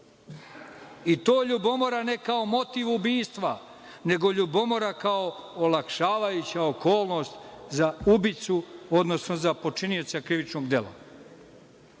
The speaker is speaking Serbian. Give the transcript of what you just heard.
i to ljubomora ne kao motiv ubistva, nego ljubomora kao olakšavajuća okolnost za ubicu, odnosno za počinioca krivičnog dela.